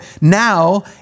now